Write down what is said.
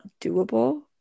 doable